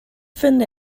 finde